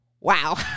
wow